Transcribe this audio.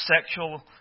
sexual